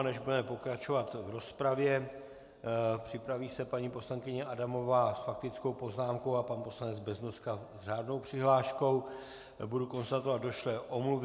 Než budeme pokračovat v rozpravě připraví se paní poslankyně Adamová s faktickou poznámkou a pan poslanec Beznoska s řádnou přihláškou budu konstatovat došlé omluvy.